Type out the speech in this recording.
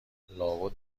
لابد